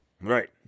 Right